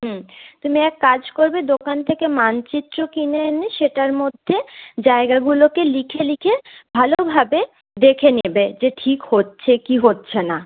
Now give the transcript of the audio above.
হুম তুমি এক কাজ করবে দোকান থেকে মানচিত্র কিনে এনে সেটার মধ্যে জায়গাগুলোকে লিখে লিখে ভালোভাবে দেখে নেবে যে ঠিক হচ্ছে কি হচ্ছে না